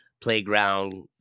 playground